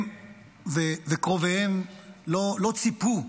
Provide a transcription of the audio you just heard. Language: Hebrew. הם וקרוביהם לא ציפו,